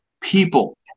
people